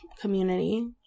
community